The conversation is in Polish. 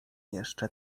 jeszcze